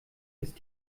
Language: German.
ist